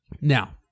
Now